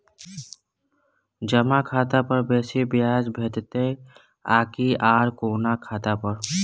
जमा खाता पर बेसी ब्याज भेटितै आकि आर कोनो खाता पर?